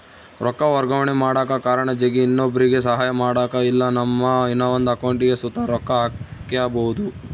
ರೊಕ್ಕ ವರ್ಗಾವಣೆ ಮಾಡಕ ಕಾರಣ ಜಗ್ಗಿ, ಇನ್ನೊಬ್ರುಗೆ ಸಹಾಯ ಮಾಡಕ ಇಲ್ಲಾ ನಮ್ಮ ಇನವಂದ್ ಅಕೌಂಟಿಗ್ ಸುತ ರೊಕ್ಕ ಹಾಕ್ಕ್ಯಬೋದು